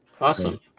awesome